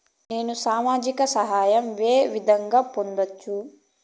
నేను సామాజిక సహాయం వే విధంగా పొందొచ్చు?